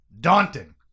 Daunting